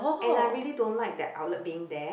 and I really don't like the outlet being there